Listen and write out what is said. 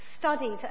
Studied